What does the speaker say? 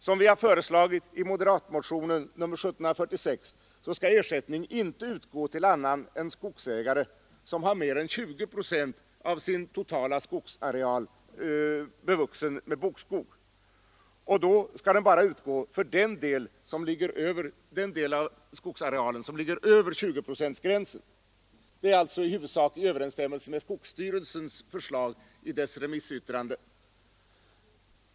Som vi har föreslagit i moderatmotionen 1746 skall ersättning inte utgå till annan än skogsägare, som har mer än 20 procent av sin areal bevuxen med bokskog och då bara för den del av skogsarealen som ligger över 20-procentsgränsen. Det är alltså i huvudsak i överensstämmelse med skogsstyrelsens förslag i dess remissyttrande.